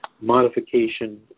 modification